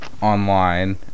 online